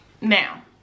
now